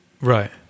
Right